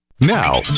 Now